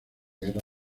guerra